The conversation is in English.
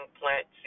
plant